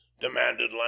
demanded